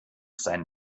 sein